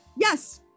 Yes